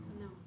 No